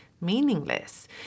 meaningless